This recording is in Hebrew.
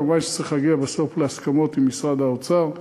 כמובן, צריך להגיע בסוף להסכמות עם משרד האוצר,